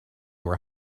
were